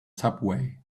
subway